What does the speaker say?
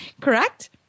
correct